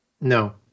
No